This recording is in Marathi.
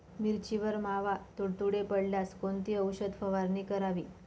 मिरचीवर मावा, तुडतुडे पडल्यास कोणती औषध फवारणी करावी?